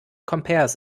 compares